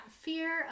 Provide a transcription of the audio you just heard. fear